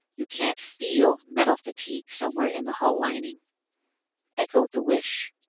you can't feel metal-fatigue somewhere in the hull lining echoed the wish.